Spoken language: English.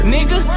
Nigga